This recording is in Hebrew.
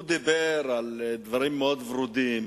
הוא דיבר על דברים מאוד ורודים,